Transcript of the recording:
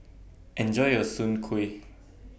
Enjoy your Soon Kuih